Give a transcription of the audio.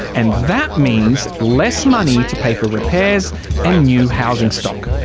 and that means less money to pay for repairs and new housing stock.